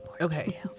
Okay